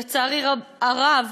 לצערי הרב,